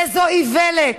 איזו איוולת.